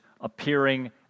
appearing